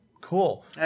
Cool